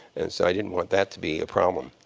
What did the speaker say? and so i didn't want that to be a problem.